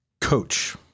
Coach